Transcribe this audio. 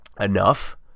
enough